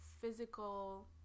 physical